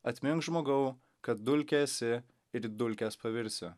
atmink žmogau kad dulkė esi ir į dulkes pavirsi